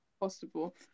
possible